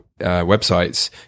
websites